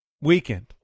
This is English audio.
weekend